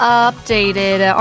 updated